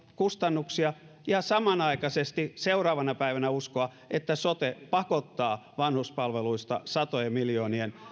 kustannuksia miljardeilla ja samanaikaisesti seuraavana päivänä uskoa että sote pakottaa vanhuspalveluista satojen miljoonien